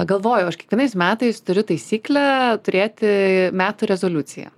galvojau aš kiekvienais metais turiu taisyklę turėti metų rezoliuciją